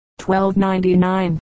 1299